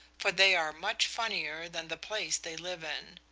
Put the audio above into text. for they are much funnier than the place they live in.